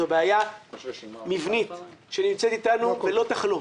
זו בעיה מבנית שנמצאת אתנו ולא תחלוף.